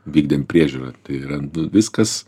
vykdėm priežiūrą tai yra viskas